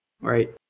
Right